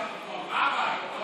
"רביי" צריך לקרוא לו.